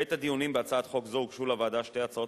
בעת הדיונים בהצעת חוק זו הוגשו לוועדה שתי הצעות